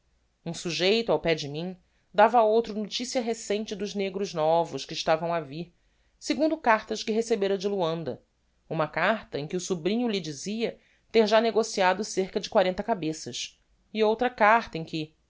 um sujeito ao pé de mim dava a outro noticia recente dos negros novos que estavam a vir segundo cartas que recebera de loanda uma carta em que o sobrinho lhe dizia ter já negociado cerca de quarenta cabeças e outra carta em que